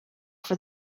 for